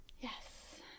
yes